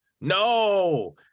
No